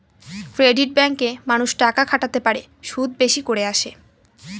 credit ব্যাঙ্কে মানুষ টাকা খাটাতে পারে, সুদ বেশি করে আসে